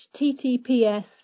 https